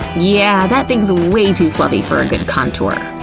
yeah, that thing's way too fluffy for a good contour.